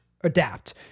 adapt